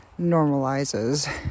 normalizes